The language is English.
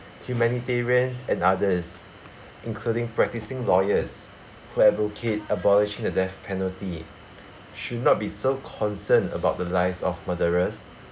humanitarians and others including practising lawyers who advocate abolishing the death penalty should not be so concerned about the lives of murderers